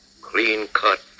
clean-cut